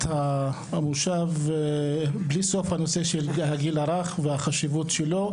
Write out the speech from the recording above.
המושב הנושא של הגיל הרך והחשיבות שלו,